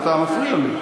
ואתה מפריע לי.